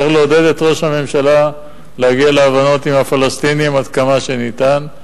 צריך לעודד את ראש הממשלה להגיע להבנות עם הפלסטינים עד כמה שניתן.